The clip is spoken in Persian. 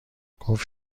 گفت